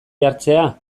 jartzea